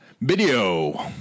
Video